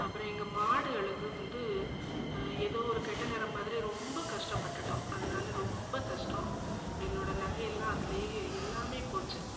அப்புறம் எங்கள் மாடுகளுக்கு வந்து ஏதோ ஒரு கெட்ட நேரம் மாதிரி ரொம்ப கஷ்டப்பட்டுவிட்டோம் அதனால ரொம்ப நஷ்டம் என்னோடய நகையெல்லாம் அதிலே எல்லாமே போச்சு